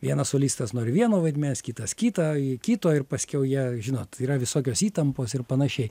vienas solistas nori vieno vaidmens kitas kitą i kito ir paskiau jie žinot yra visokios įtampos ir panašiai